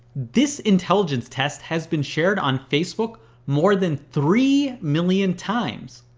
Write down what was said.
this intelligence test has been shared on facebook more than three million times.